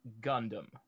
Gundam